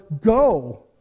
go